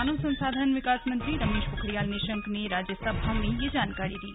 मानव संसाधन विकास मंत्री रमेश पोखरियाल निशंक ने राज्यसभा में ये जानकारी दी